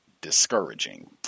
discouraging